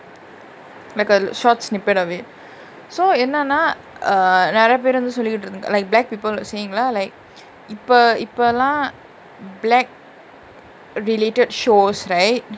like a short snippet away so என்னனா:ennanaa err நெரயபேர் வந்து சொல்லிட்டு இருந்த:nerayaper vanthu sollitu iruntha like black people saying lah like இப்ப இப்பலா:ippa ippalaa black related shows right